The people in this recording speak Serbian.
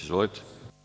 Izvolite.